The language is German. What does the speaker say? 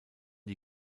die